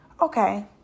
Okay